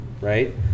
right